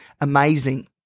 amazing